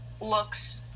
looks